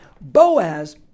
Boaz